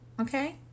Okay